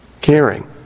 Caring